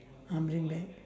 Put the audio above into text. um bring back